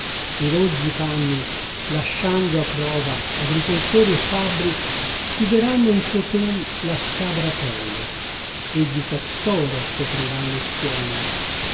i rozzi panni lasciando a prova agricoltori e fabbri chiuderanno in coton la scabra pelle e di castoro copriran le schiene